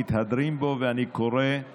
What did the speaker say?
ולומר שיש